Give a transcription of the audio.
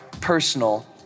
personal